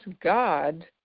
God